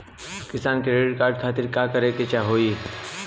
किसान credit card खातिर का करे के होई?